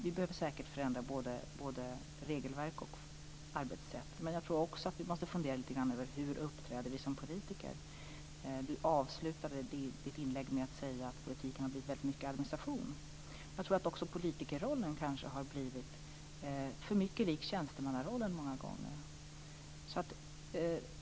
Vi måste säkert förändra både regelverk och arbetssätt. Men jag tror att vi också måste fundera över hur vi uppträder som politiker. Du avslutade ditt inlägg med att säga att politiken har blivit väldigt mycket administration. Jag tror att också politikerrollen många gånger har blivit för mycket lik tjänstemannarollen.